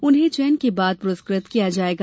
उन्हें चयन के बाद पुरस्कृत किया जायेगा